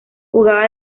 jugaba